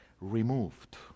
removed